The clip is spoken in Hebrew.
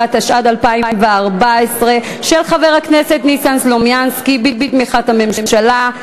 אי-אפשר לנהל את המליאה בצורה כזאת,